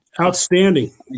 outstanding